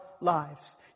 lives